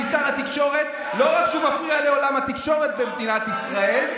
כי שר התקשורת לא רק שהוא מפריע לעולם התקשורת במדינת ישראל,